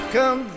Come